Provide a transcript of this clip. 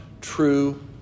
true